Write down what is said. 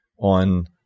on